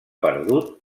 perdut